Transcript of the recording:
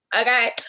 Okay